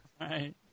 Right